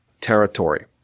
territory